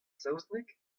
saozneg